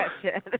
question